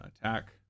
attack